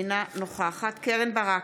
אינה נוכחת קרן ברק,